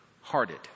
hearted